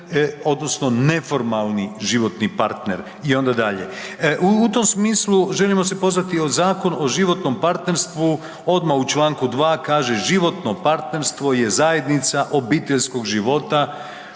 odnosno neformalni životni partner i onda dalje. U tom smislu želimo se pozvati o Zakon o životnom partnerstvu odma u čl. 2. kaže životno partnerstvo je zajednica obiteljskog života